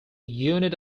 unit